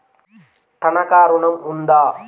తనఖా ఋణం ఉందా?